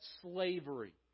slavery